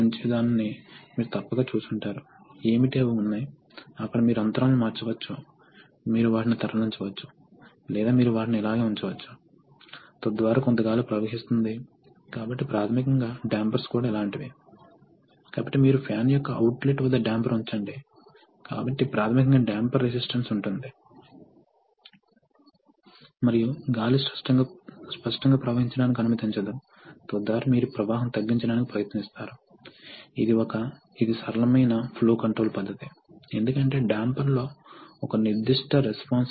కాబట్టి ఇది సక్షన్ కాబట్టి ఇది ఈ అవుట్లెట్ను మూసివేస్తుంది కాబట్టి అవుట్లెట్ నుండి గాలి పీల్చుకోదు ఇప్పుడు ఇది అత్యల్ప స్థానానికి వచ్చిన తరువాత ఒక నిర్దిష్ట వాల్యూమ్ గాలి లోపల నివసిస్తుంది మరియు ఆ తక్కువ ఇన్లెట్ ప్రెషర్ వద్ద ఆ తరువాత ఈ ప్రత్యామ్నాయ కదలిక ఈ సిలిండర్ పైకి వెళ్లడం ప్రారంభమవుతుంది అది పైకి వెళ్ళడం ప్రారంభించిన క్షణం ఇక్కడ అధిక ప్రెషర్ ని సృష్టిస్తుంది ఇది వాస్తవానికి ఇక్కడ గాలిని కంప్రెస్ చేస్తుంది కాబట్టి ఈ వాల్వ్ ఇప్పుడు అదమబడినప్పుడు అది మూసివేయబడుతుంది అయితే ఈ వాల్వ్ కూడా పైకి వెళ్తుంది మరియు అది తెరుచుకుంటుంది